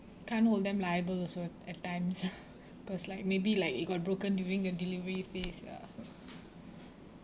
can't hold them liable also at times because like maybe like it got broken during the delivery phase ya